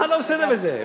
מה לא בסדר בזה?